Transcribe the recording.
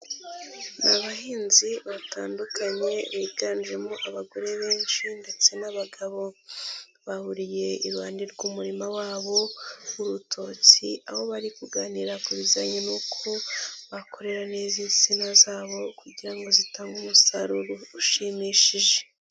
Ni abahinzi batandukanye biganjemo abagore benshi ndetse n'abagabo, bahuriye iruhande rw'umurimo wabo w'urutoki aho bari kuganira ku bijyanye nuko bakorera neza insina zabo, kugira ngo zitange umusaruro ushimishije.